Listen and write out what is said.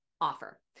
Offer